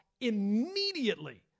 immediately